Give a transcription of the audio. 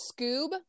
Scoob